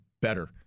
better